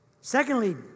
Secondly